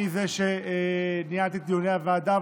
אני הוא שניהל את דיוני הוועדה,